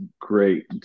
great